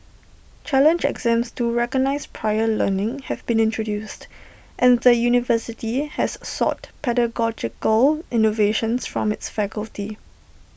challenge exams to recognise prior learning have been introduced and the university has sought pedagogical innovations from its faculty